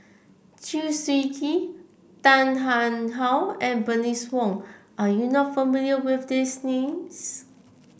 Chew Swee Kee Tan How and Bernice Wong are you not familiar with these names